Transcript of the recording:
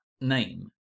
name